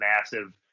massive